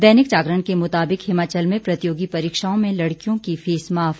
दैनिक जागरण के मुताबिक हिमाचल में प्रतियोगी परीक्षाओं में लड़कियों की फीस माफ